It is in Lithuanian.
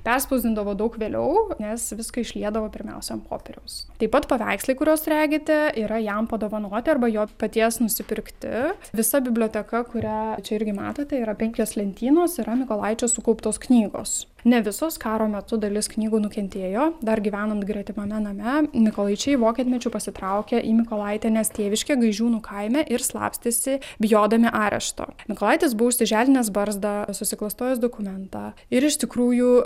perspausdindavo daug vėliau nes viską išliedavo pirmiausia ant popieriaus taip pat paveikslai kuriuos regite yra jam padovanoti arba jo paties nusipirkti visa biblioteka kurią čia irgi matote yra penkios lentynos yra mykolaičio sukauptos knygos ne visos karo metu dalis knygų nukentėjo dar gyvenant gretimame name mykolaičiai vokietmečiu pasitraukė į mykolaitienės tėviškę gaižiūnų kaime ir slapstėsi bijodami arešto mykolaitis buvo užsiželdinęs barzdą susiklastojęs dokumentą ir iš tikrųjų